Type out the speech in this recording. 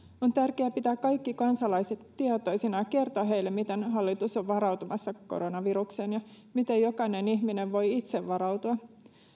on tärkeää pitää kaikki kansalaiset tietoisina ja kertoa heille miten hallitus on varautumassa koronavirukseen ja miten jokainen ihminen voi itse varautua